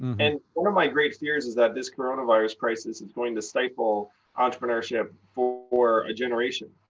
and one of my great fears is that this coronavirus crisis is going to stifle entrepreneurship for a generation.